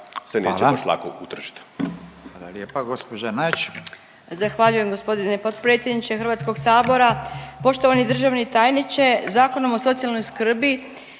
Hvala